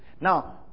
now